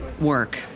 work